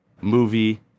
movie